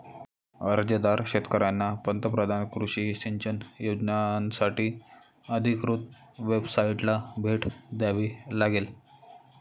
अर्जदार शेतकऱ्यांना पंतप्रधान कृषी सिंचन योजनासाठी अधिकृत वेबसाइटला भेट द्यावी लागेल